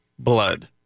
blood